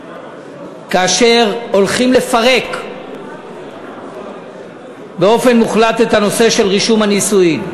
כאשר הולכים לפרק באופן מוחלט את הנושא של רישום הנישואין.